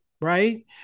Right